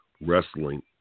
wrestling